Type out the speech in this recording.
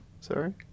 Sorry